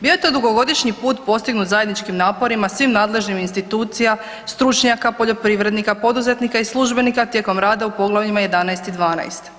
Bio je to dugogodišnji put postignut zajedničkim naporima svih nadležnih institucija, stručnjaka, poljoprivrednika, poduzetnika i službenika tijekom rada u Poglavljima 11. i 12.